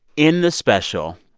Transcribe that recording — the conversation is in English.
in the special,